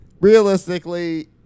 Realistically